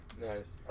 Nice